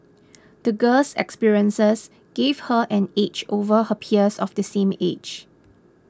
the girl's experiences gave her an edge over her peers of the same age